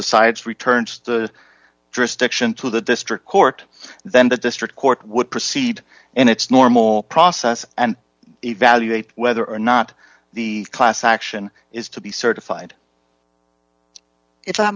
decides returns to draw stiction to the district court then the district court would proceed and its normal process and evaluate whether or not the class action is to be certified i